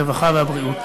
הרווחה והבריאות.